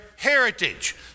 Heritage